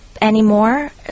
anymore